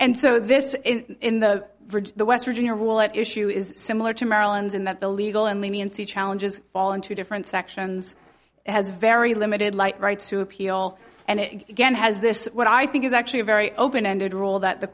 and so this in the bridge the west virginia rule at issue is similar to maryland's in that the legal and leniency challenges fall in two different sections has very limited light rights to appeal and it again has this what i think is actually a very open ended rule that the